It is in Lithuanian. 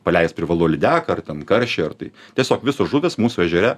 paleist privalu lydeką ar ten karšį ar tai tiesiog visos žuvys mūsų ežere